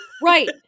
Right